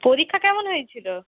পরীক্ষা কেমন হয়েছিল